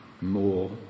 more